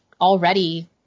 already